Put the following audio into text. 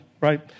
right